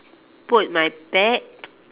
put my bat